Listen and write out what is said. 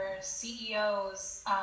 CEOs